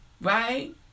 right